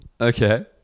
okay